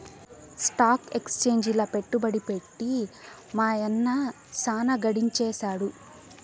stock ఎక్సేంజిల పెట్టుబడి పెట్టి మా యన్న సాన గడించేసాడు